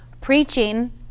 preaching